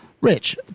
Rich